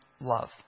love